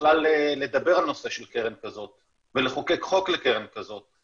בכלל לדבר על נושא של קרן כזאת ולחוקק חוק לקרן כזאת.